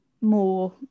more